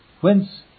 whence